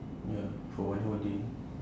ya for one whole day